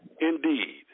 indeed